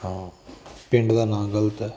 ਹਾਂ ਪਿੰਡ ਦਾ ਨਾਂ ਗਲਤ ਹੈ